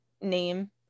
name